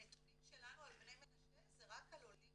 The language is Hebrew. הנתונים שלנו על בני מנשה זה רק על עולים